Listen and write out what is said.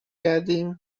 کردیم